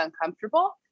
uncomfortable